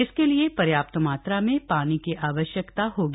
इसके लिए पर्याप्त मात्रा में पानी की आवश्यकता होगी